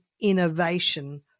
innovation